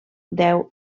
deu